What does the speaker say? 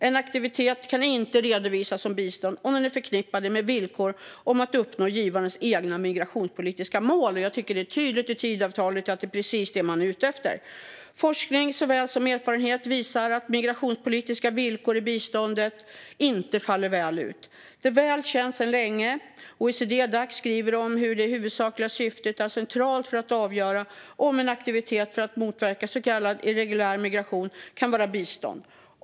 En aktivitet kan inte redovisas som bistånd om den är förknippad med villkor om att uppnå givarens egna migrationspolitiska mål. Jag tycker att det är tydligt i Tidöavtalet att det är precis detta man är ute efter. Forskning såväl som erfarenhet visar att migrationspolitiska villkor i biståndet inte faller väl ut. Det är väl känt sedan länge. OECD-Dac skriver om hur det huvudsakliga syftet är centralt för att avgöra om en aktivitet för att motverka så kallad irreguljär migration kan vara bistånd.